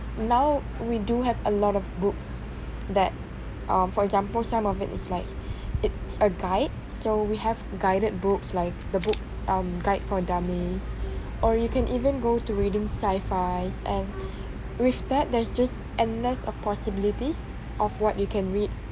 now we do have a lot of books that uh for example some of it's like it's a guide so we have guided books like the book um guide for dummies or you can even go to reading sci-fis and with that there's just endless of possibilities of what you can read